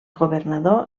governador